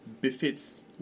befits